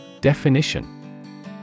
Definition